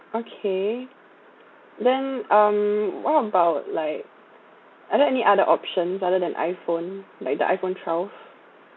okay then um what about like are there any other options rather than iPhone like the iPhone twelve